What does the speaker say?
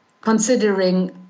considering